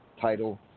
title